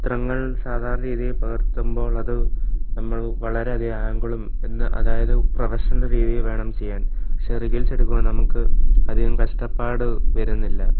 ചിത്രങ്ങൾ സാധാരണ രീതിയിൽ പകർത്തുമ്പോളതു നമ്മൾ വളരെയധികം ആംഗിളും എന്താ അതായത് പ്രഫഷൻ്റെ രീതിയിൽ വേണം ചെയ്യാൻ പക്ഷേ റീൽസെടുക്കുമ്പോൾ നമുക്ക് അധികം കഷ്ടപ്പാട് വരുന്നില്ല